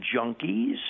junkies